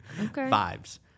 vibes